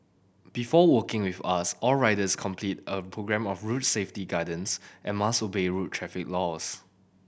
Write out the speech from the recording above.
before working with us all riders complete a programme of road safety guidance and must obey road traffic laws